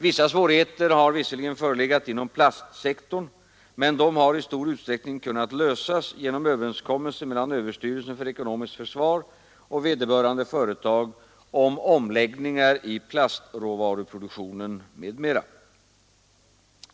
Vissa svårigheter har visserligen förelegat inom plastsektorn, men dessa har i stor utsträckning kunnat lösas genom överenskommelse mellan överstyrelsen för ekonomiskt försvar och vederbörande företag om omläggningar i plastråvaruproduktionen m.m.